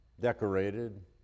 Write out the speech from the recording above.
decorated